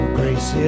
grace